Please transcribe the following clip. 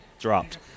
dropped